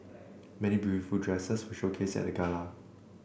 many beautiful dresses were showcased at the gala